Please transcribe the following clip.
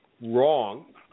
wrong